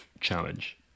challenge